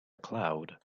cloud